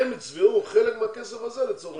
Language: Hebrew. הם יצבעו חלק מהכסף הזה לצורך העניין.